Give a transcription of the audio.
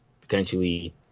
potentially